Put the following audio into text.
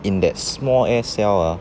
in that small ass cell ah